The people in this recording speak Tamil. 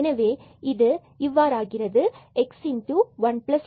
எனவே இது இவ்வாறு x1λ1 ஆகிறது